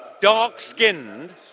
dark-skinned